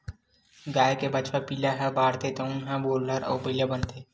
गाय के बछवा पिला ह बाढ़थे तउने ह गोल्लर अउ बइला बनथे